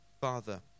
father